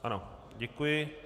Ano, děkuji.